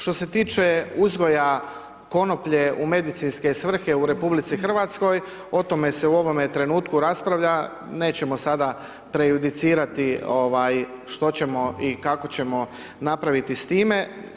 Što se tiče uzgoja konoplje u medicinske svrhe u RH o tome se u ovome trenutku raspravlja, nećemo sada prejudicirati što ćemo i kako ćemo napraviti s time.